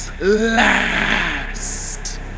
last